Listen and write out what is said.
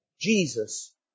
Jesus